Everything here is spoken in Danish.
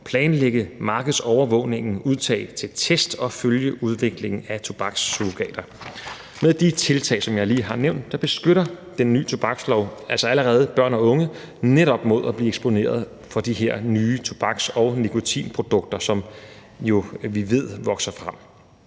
planlægge markedsovervågningen, udtage til test og følge udviklingen af tobaksurrogater. Med de tiltag, som jeg lige har nævnt, beskytter den nye tobakslov altså allerede børn og unge netop mod at blive eksponeret for de her nye tobaks- og nikotinprodukter, som vi jo ved vokser frem.